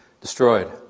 destroyed